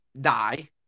die